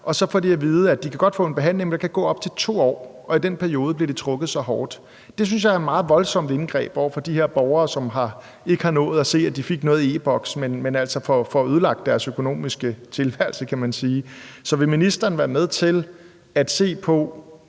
og så får de at vide, at de godt kan få en behandling, men at der kan gå op til 2 år, og i den periode bliver de trukket så hårdt. Det synes jeg er et meget voldsomt indgreb over for de her borgere, som ikke har nået at se, at de fik noget i e-Boks, men altså får ødelagt deres økonomiske tilværelse, kan man sige. Så vil ministeren være med til at se på